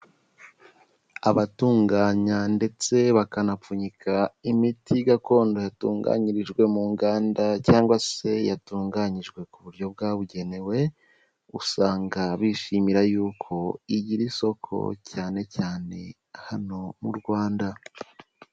Abatunganya ndetse bakanapfunyika imiti gakondo yatunganyirijwe mu nganda cyangwa se yatunganyijwe ku buryo bwabugenewe, usanga bishimira y'uko igira isoko cyane cyane hano mu Rwanda.